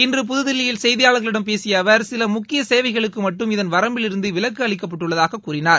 இன்று புதுதில்லியில் செய்தியாளர்களிடம் பேசிய அவர் சில முக்கிய சேவைகளுக்கு மட்டும் இதன் வரம்பிலிருந்து விலக்கு அளிக்கப்பட்டுள்ளதாக கூறினார்